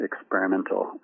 experimental